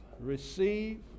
Receive